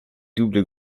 double